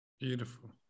Beautiful